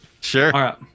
Sure